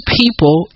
people